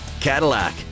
Cadillac